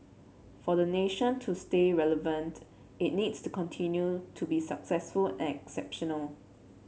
for the nation to stay relevant it needs to continue to be successful and exceptional